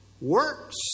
works